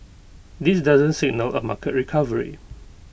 this doesn't signal A market recovery